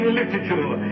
literature